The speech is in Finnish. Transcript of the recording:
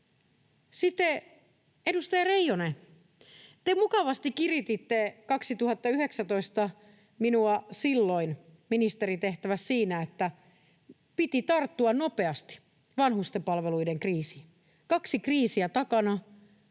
Edustaja Reijonen, te mukavasti kirititte 2019 minua silloin ministerin tehtävässä siinä, että piti tarttua nopeasti vanhustenpalveluiden kriisiin, kaksi kriisiä takana,